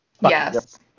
Yes